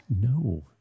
no